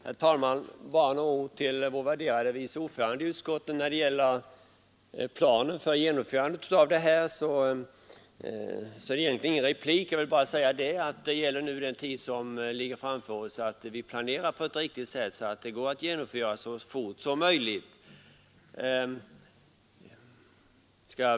Herr talman! Bara några ord till vår värderade vice ordförande i utskottet. Det är egentligen ingen replik, men när det gäller planen för genomförandet av reformen av anstaltssystemet vill jag framhålla att vi under den tid som ligger framför oss måste planera på ett riktigt sätt så att reformen går att genomföra så fort som möjligt.